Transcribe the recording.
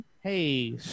hey